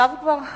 עכשיו כבר?